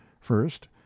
First